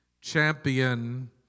champion